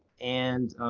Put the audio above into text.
and